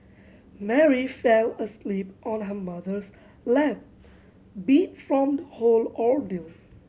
Mary fell asleep on her mother's lap beat from the whole ordeal